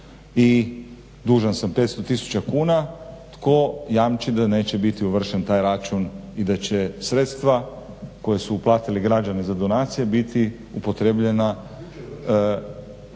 i dužan sam 500 tisuća kuna, tko jamči da neće biti uvršten taj račun i da će sredstva koja su uplatili građani za donacije biti upotrjebljena